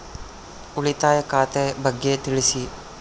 ಉಳಿತಾಯ ಖಾತೆ ಬಗ್ಗೆ ತಿಳಿಸಿ?